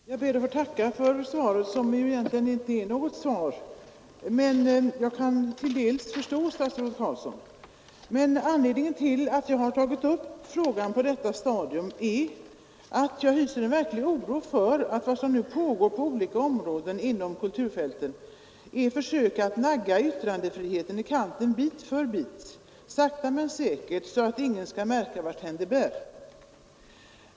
Herr talman! Jag ber att få tacka för svaret på min enkla fråga, vilket ju egentligen inte är något svar. Till en del kan jag förstå statsrådet Carlsson. Anledningen till att jag tagit upp fråsan på detta stadium är att jag hyser en verklig oro för att vad som nu på år inom olika områden på kulturfältet är försök att nagga yttrandefrihe..n i kanten bit för bit; sakta men säkert så att ingen skall märka varthän det bär.